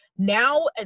Now